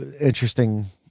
interesting